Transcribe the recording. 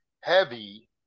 heavy